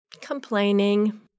Complaining